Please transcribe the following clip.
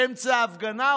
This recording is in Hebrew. באמצע ההפגנה.